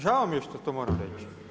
Žao mi je što to moram reći.